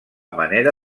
manera